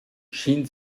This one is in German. schien